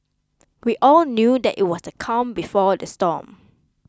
we all knew that it was the calm before the storm